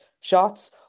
shots